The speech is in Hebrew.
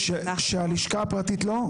--- והלשכה הפרטית לא?